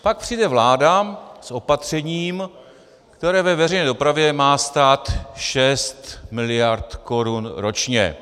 Pak přijde vláda s opatřením, které ve veřejné dopravě má stát 6 miliard korun ročně.